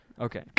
Okay